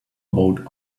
about